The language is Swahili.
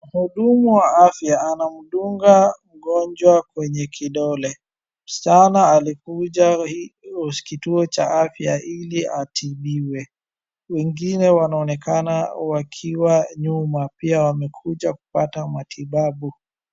Mhudumu wa afya anamdunga mgonjwa kwenye kidole. Msichana alikuja kituo cha afya ili atibiwe. Wengine wanaonekana wakiwa nyuma pia wamekuja kupata matibabu.